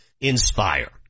Inspire